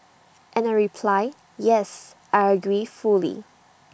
and I reply yes I agree fully